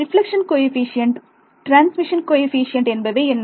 reflection coefficient transmission coefficient என்பவை என்ன